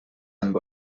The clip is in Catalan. amb